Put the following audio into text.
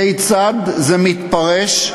כיצד זה מתפרש?